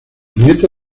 nieto